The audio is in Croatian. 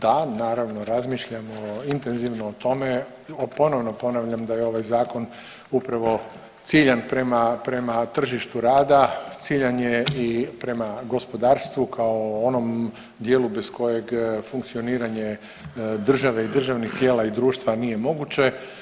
Da, naravno razmišljamo intenzivno o tome, ponovno ponavljam da je ovaj zakon upravo ciljan prema, prema tržištu rada, ciljan je i prema gospodarstvu kao onom dijelu bez kojeg funkcioniranje države i državnih tijela i društva nije moguće.